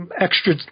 extra